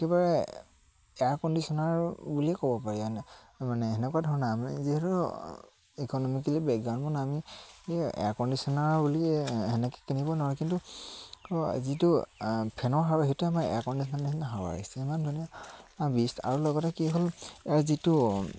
একেবাৰে air conditioner বুলিয়ে ক'ব পাৰি হয়নে মানে সেনেকুৱা ধৰণৰ আমি যিহেতু ইক'নমিকেলি বেকগ্ৰাউণ্ড মানে আমি এয়াৰ কণ্ডিশ্যনাৰ বুলি সেনেকৈ কিনিব নোৱৰোঁ কিন্তু যিটো ফেনৰ হাৱা সেইটোৱে আমাৰ এয়াৰ কণ্ডিশ্যনৰ নিচিনা হাৱা আহিছে ইমান ধুনীয়া বিচ আৰু লগতে কি হ'ল যিটো